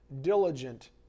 diligent